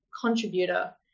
contributor